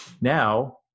now